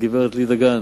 הגברת לי דגן,